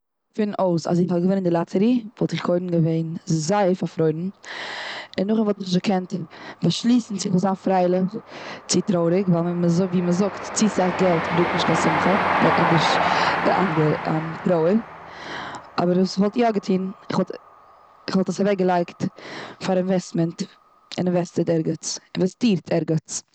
געפין אויס אז איך האב געווינען די לאטארי וואלט איך קודם געווען זייער פארפרוירן. און נאך דעם וואלט איך נישט געקענט באשליסן צו איך זאל זיין פרייליך צו טרויעריג. ווייל מ'זאגט, צו סאך געלט ברענגט נישט קיין שמחה, נאר ענדערש די ענדערע, אם, טרויער. אבער וואס כ'וואלט יא געטון, כ'וואלט עס אוועקגעלייגט פאר אינוועסטמענט, אינוועסטעד ערגעץ, אינוועסטירט ערגעץ.